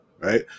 Right